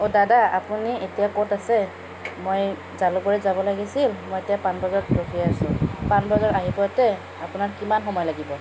অ' দাদা আপুনি এতিয়া ক'ত আছে মই জালুকবাৰীত যাব লাগিছিল মই এতিয়া পানবজাৰত ৰখি আছোঁ পানবজাৰ আহি পাওঁতে আপোনাৰ কিমান সময় লাগিব